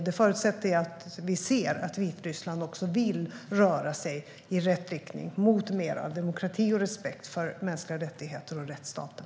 Det förutsätter att Vitryssland vill röra sig i rätt riktning, mot mer av demokrati och respekt för mänskliga rättigheter och för rättsstaten.